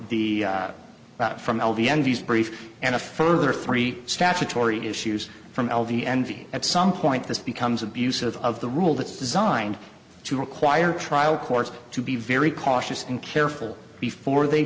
the that from l v envies brief and a further three statutory issues from l v n v at some point this becomes abusive of the rule that's designed to require trial courts to be very cautious and careful before they